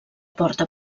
porta